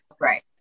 Right